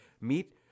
meet